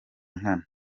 nkana